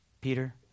Peter